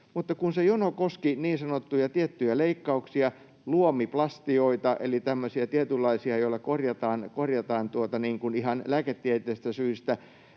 se jono koski niin sanottuja tiettyjä leikkauksia, luomiplastioita eli tämmöisiä tietynlaisia, joilla korjataan ihan lääketieteellisistä syistä